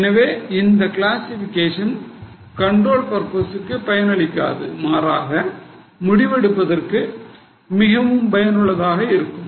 எனவே இந்த classification control purpose க்கு பயனளிக்காது மாறாக முடிவெடுப்பதற்கு மிகவும் பயனுள்ளதாக இருக்கும்